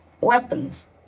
weapons